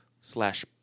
slash